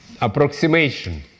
approximation